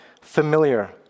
familiar